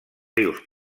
rius